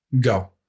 Go